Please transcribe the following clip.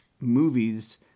movies